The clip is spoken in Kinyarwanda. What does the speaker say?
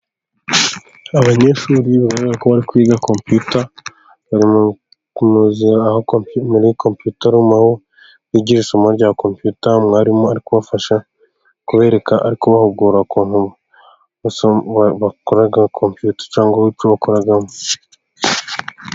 Abanyeshuri bigaragara ko bari kwiga compiyuta, bari mu nzu aho compiyuta rumu ,aho bigira isomo rya compiyuta, umwarimu ari kubafasha kubereka, ari kubahugura ku bakora compiyuta cyangwa icyo bakoramo.